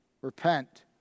repent